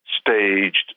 staged